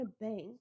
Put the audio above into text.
banks